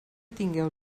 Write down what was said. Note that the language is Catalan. tingueu